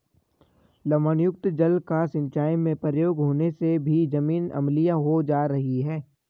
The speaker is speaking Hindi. लवणयुक्त जल का सिंचाई में प्रयोग होने से भी जमीन अम्लीय हो जा रही है